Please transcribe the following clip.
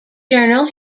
journal